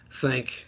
thank